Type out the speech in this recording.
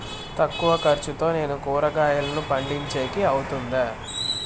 తక్కువ ఖర్చుతో నేను కూరగాయలను పండించేకి అవుతుందా?